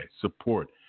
support